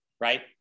right